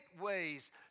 ways